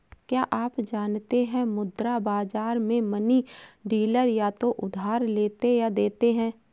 क्या आप जानते है मुद्रा बाज़ार में मनी डीलर या तो उधार लेते या देते है?